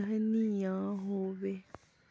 धनिया होबे?